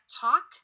talk